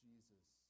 Jesus